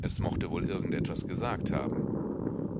es mochte wohl irgend etwas gesagt haben